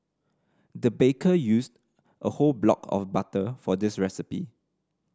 the baker used a whole block of butter for this recipe